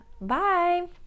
Bye